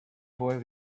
boy